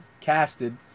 casted